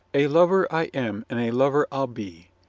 a lover i am, and a lover i'll be!